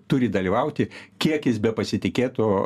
turi dalyvauti kiek jis bepasitikėtų